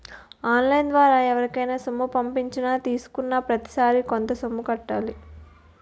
on line ద్వారా ఎవరికైనా సొమ్ము పంపించినా తీసుకున్నాప్రతిసారి కొంత సొమ్ము కట్టాలి